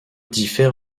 diffère